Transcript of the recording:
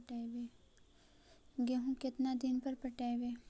गेहूं केतना दिन पर पटइबै?